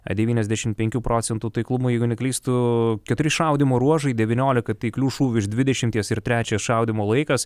devyniasdešimt penkių procentų taiklumu jeigu neklystu keturi šaudymo ruožai devyniolika taiklių šūvių iš dvidešimties ir trečias šaudymo laikas